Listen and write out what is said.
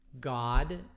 God